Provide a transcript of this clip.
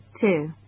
Two